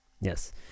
Yes